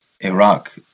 Iraq